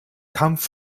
kampf